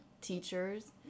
teachers